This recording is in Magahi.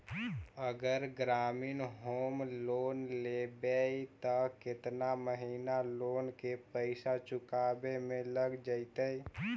अगर ग्रामीण होम लोन लेबै त केतना महिना लोन के पैसा चुकावे में लग जैतै?